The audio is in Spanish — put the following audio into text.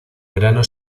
verano